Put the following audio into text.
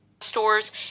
stores